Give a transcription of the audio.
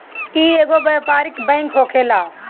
इ एगो व्यापारिक बैंक होखेला